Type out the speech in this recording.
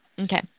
Okay